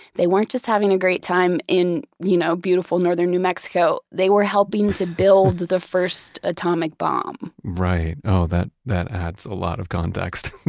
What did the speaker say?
they weren't just having a great time in you know beautiful northern new mexico. they were helping to build the first atomic bomb right. that that adds a lot of context.